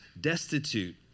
destitute